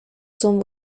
son